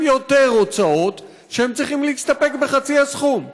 יותר הוצאות שהם צריכים להסתפק בחצי הסכום?